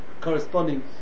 corresponding